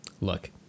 Look